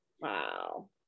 Wow